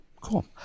Cool